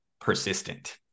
persistent